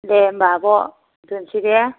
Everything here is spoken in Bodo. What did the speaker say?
दे होमबा आब' दोनसै दे